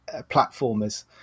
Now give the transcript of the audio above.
platformers